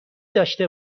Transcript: داشته